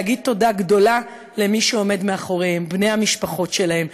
להגיד תודה גדולה למי שעומד מאחוריהם: בני המשפחות שלהם,